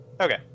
Okay